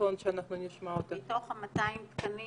ה-200 תקנים